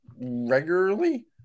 regularly